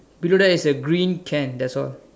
below that is a green can that's all